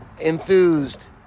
enthused